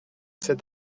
cet